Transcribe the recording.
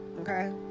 okay